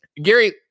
Gary